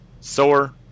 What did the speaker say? sore